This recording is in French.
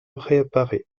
réapparaît